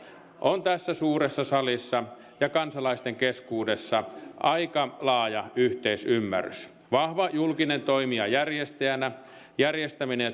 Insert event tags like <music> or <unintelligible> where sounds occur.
on tässä suuressa salissa ja kansalaisten keskuudessa aika laaja yhteisymmärrys vahva julkinen toimija järjestäjänä järjestäminen <unintelligible>